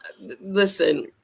Listen